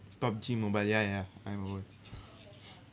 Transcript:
pubg mobile ya ya I know